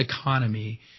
economy –